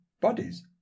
bodies